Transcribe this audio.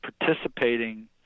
participating